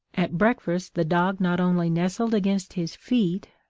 at breakfast the dog not only nestled against his feet,